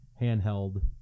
handheld